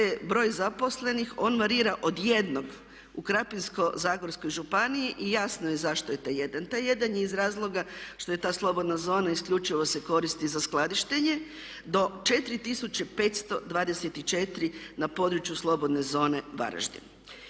broj zaposlenih on varira od jednog u Krapinsko-zagorskoj županiji i jasno je zašto je taj jedan. Taj jedan je iz razloga što je ta slobodna zona isključivo se koristi za skladištenje do 4524 na području slobodne zone Varaždin.